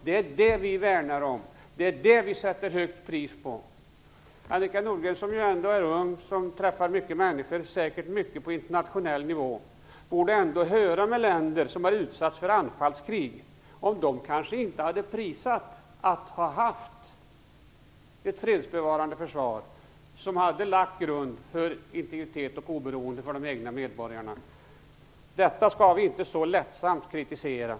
Det är det vi värnar om, och det är det vi sätter högt pris på. Annika Nordgren som ju är ung och som träffar många människor, säkert mycket på internationell nivå, borde ändå höra med människor i länder som har utsatts för anfallskrig om de kanske inte hade prisat att ha haft ett fredsbevarande försvar som hade lagt grund för integritet och oberoende för de egna medborgarna. Detta skall vi inte så lättsamt kritisera.